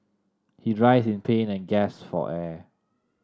he writhed in pain and gasped for air